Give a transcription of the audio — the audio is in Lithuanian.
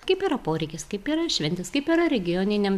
kaip yra poreikis kaip yra šventės kaip yra regioninėm